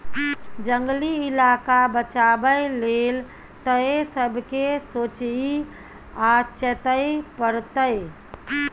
जंगली इलाका बचाबै लेल तए सबके सोचइ आ चेतै परतै